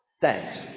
Thanks